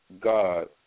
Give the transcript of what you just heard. God